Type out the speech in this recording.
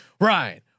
Ryan